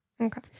Okay